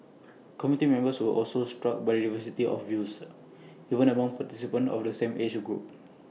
committee members were also struck by the diversity of views even among participants of the same age group